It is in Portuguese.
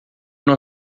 não